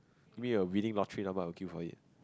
give me a winning lottery number I will queue for it